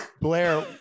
Blair